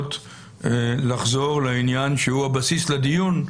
אני מבקש לחזור לעניין שהוא הבסיס לדיון,